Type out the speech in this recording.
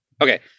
Okay